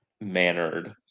mannered